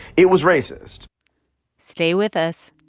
it was racist stay with us